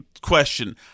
question